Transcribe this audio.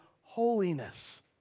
holiness